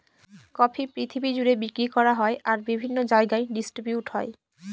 coffee পৃথিবী জুড়ে বিক্রি করা হয় আর বিভিন্ন জায়গায় ডিস্ট্রিবিউট হয়